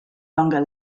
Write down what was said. longer